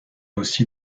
aussi